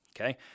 Okay